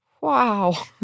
Wow